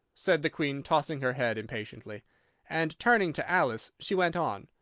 said the queen, tossing her head impatiently and turning to alice, she went on,